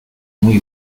muy